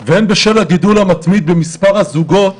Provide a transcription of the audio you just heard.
והן בשל הגידול המתמיד במספר הזוגות